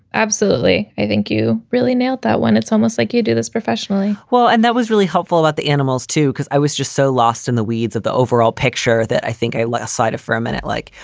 absolutely. i think you really nailed that when it's almost like you do this professionally well, and that was really helpful about the animals, too, because i was just so lost in the weeds of the overall picture that i think i lost sight of for a minute. like.